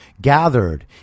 gathered